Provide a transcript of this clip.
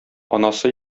анасы